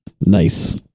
nice